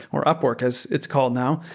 or upwork as it's called now.